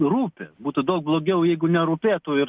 rūpi būtų daug blogiau jeigu nerūpėtų ir